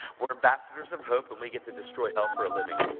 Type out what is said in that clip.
we're ambassadors of hope, and we get to destroy hell for a living.